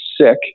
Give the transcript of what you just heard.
sick